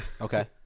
Okay